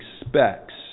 expects